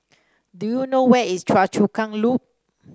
do you know where is Choa Chu Kang Loop